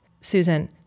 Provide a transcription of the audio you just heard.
Susan